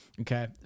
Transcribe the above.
okay